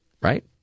Right